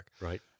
Right